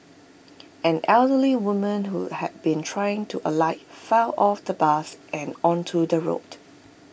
an elderly woman who had been trying to alight fell off the bus and onto the road